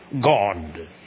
God